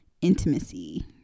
intimacy